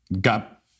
got